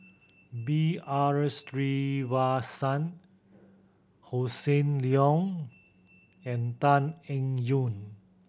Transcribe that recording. B R Sreenivasan Hossan Leong and Tan Eng Yoon